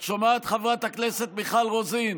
את שומעת, חברת הכנסת מיכל רוזין?